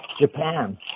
Japan